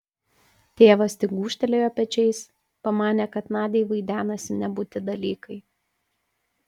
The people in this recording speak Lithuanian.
tėvas tik gūžtelėjo pečiais pamanė kad nadiai vaidenasi nebūti dalykai